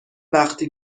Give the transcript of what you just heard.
وقتی